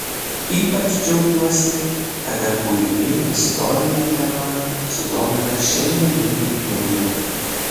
ypač džiaugiuosi kada kūriniai istorine tema sudomina šiandieninį jaunimą